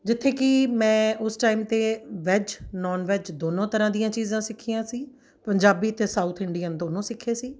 ਜਿੱਥੇ ਕਿ ਮੈਂ ਉਸ ਟਾਈਮ 'ਤੇ ਵੈਜ ਨੋਨ ਵੈਜ ਦੋਨੋਂ ਤਰ੍ਹਾਂ ਦੀਆਂ ਚੀਜ਼ਾਂ ਸਿੱਖੀਆਂ ਸੀ ਪੰਜਾਬੀ ਅਤੇ ਸਾਊਥ ਇੰਡੀਅਨ ਦੋਨੋਂ ਸਿੱਖੇ ਸੀ